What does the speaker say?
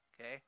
okay